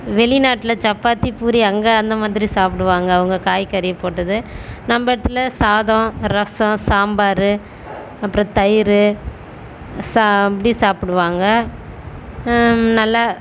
வெளிநாட்டில் சப்பாத்தி பூரி அங்கே அந்த மாதிரி சாப்பிடுவாங்க அவங்க காய்கறி போட்டது நம்ப இடத்துல சாதம் ரசம் சாம்பார் அப்புறம் தயிர் சா அப்படி சாப்பிடுவாங்க நல்லா